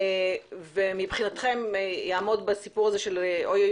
ומבחינתכם יעמוד בסיפור של אוי,